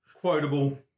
quotable